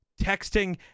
texting